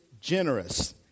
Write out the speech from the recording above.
generous